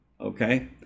okay